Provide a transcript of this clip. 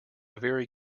very